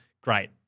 great